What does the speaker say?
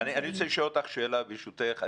סליחה, אני רוצה לשאול אותך שאלה, ברשותך.